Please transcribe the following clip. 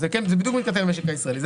זה בדיוק מתכתב עם המשק הישראלי.